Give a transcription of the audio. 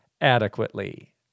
adequately